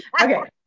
okay